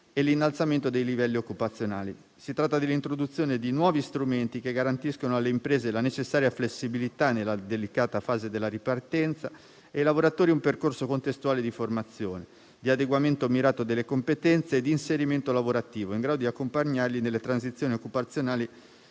e l'innalzamento dei livelli occupazionali. Si tratta dell'introduzione di nuovi strumenti che garantiscono alle imprese la necessaria flessibilità nella delicata fase della ripartenza e ai lavoratori un percorso contestuale di formazione, di adeguamento mirato delle competenze e di inserimento lavorativo, in grado di accompagnarli nelle transizioni occupazionali